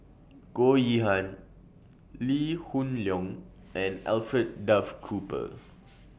Goh Yihan Lee Hoon Leong and Alfred Duff Cooper